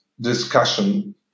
discussion